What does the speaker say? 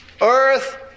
earth